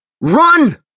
Run